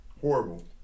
Horrible